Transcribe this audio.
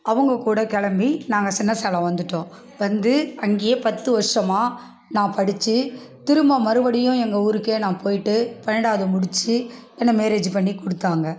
அவங்க கூட கிளம்பி நாங்கள் சின்ன சேலம் வந்துட்டோம் வந்து அங்கேயே பத்து வருடமாக நான் படித்து திரும்ப மறுபடியும் எங்கள் ஊருக்கு நான் போயிட்டு பன்னெண்டாவது முடித்து என்ன மேரேஜ் பண்ணி கொடுத்தாங்க